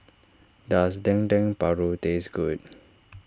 does Dendeng Paru taste good